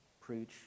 preach